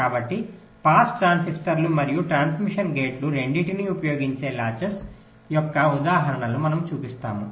కాబట్టి పాస్ ట్రాన్సిస్టర్లు మరియు ట్రాన్స్మిషన్ గేట్లు రెండింటినీ ఉపయోగించే లాచెస్ యొక్క ఉదాహరణలను మనము చూపిస్తాము